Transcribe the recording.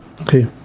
okay